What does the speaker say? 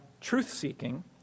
truth-seeking